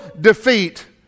defeat